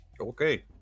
Okay